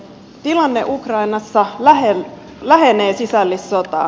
tilanne ukrainassa lähenee sisällissotaa